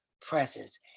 presence